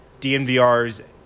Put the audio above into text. DNVR's